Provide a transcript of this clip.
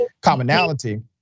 commonality